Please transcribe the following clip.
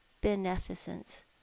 beneficence